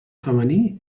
femení